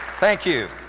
thank you.